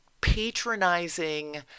patronizing